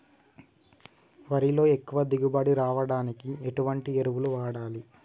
వరిలో ఎక్కువ దిగుబడి రావడానికి ఎటువంటి ఎరువులు వాడాలి?